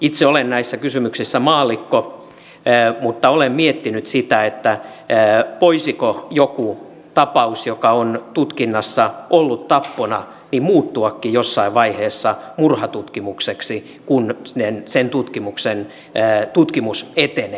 itse olen näissä kysymyksissä maallikko mutta olen miettinyt sitä voisiko joku tapaus joka on tutkinnassa ollut tappona muuttuakin jossain vaiheessa murhatutkimukseksi kun sen tutkimus etenee